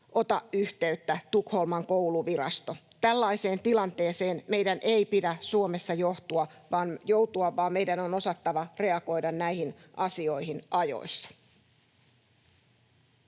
ota yhteyttä, Tukholman kouluvirasto. Tällaiseen tilanteeseen meidän ei pidä Suomessa joutua, vaan meidän on osattava reagoida näihin asioihin ajoissa.